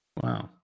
Wow